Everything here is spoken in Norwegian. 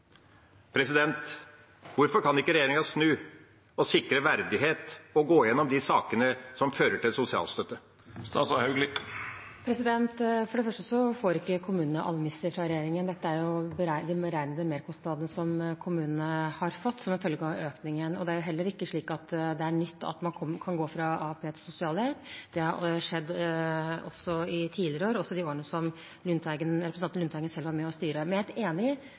Hvorfor kan ikke regjeringa snu, sikre verdighet og gå igjennom de sakene som fører til sosialstøtte? For det første får ikke kommunene almisser fra regjeringen. Dette er de beregnede merkostnadene kommunene har fått som følge av økningen. Det er heller ikke nytt at man kan gå fra AAP til sosialhjelp. Det har skjedd også tidligere år, også de årene da representanten Lundteigen selv var med og styrte. Jeg er helt enig